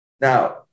Now